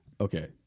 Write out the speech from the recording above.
Okay